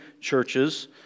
churches